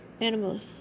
animals